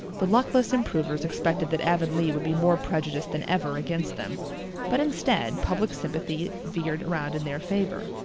the luckless improvers expected that avonlea would be more prejudiced than ever against them but instead, public sympathy veered around in their favor.